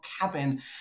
cabin